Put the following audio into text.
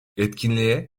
etkinliğe